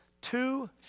two